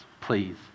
please